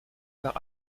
par